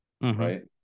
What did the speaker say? right